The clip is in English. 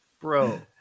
Bro